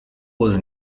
was